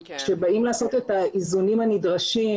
שבאים לעשות את האיזונים הנדרשים